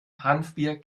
hanfbier